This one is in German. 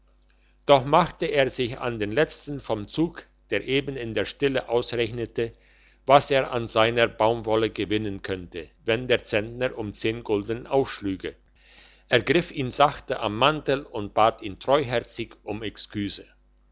doch machte er sich an den letzten vom zug der eben in der stille ausrechnete was er an seiner baumwolle gewinnen könnte wenn der zentner um zehn gulden aufschlüge ergriff ihn sachte am mantel und bat ihn treuherzig um exküse